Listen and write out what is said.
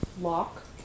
Lock